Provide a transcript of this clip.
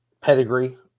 pedigree